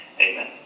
Amen